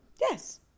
Yes